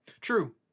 True